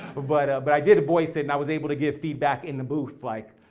but but but i did voice it. and i was able to give feedback in the booth like,